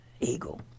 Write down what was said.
eagle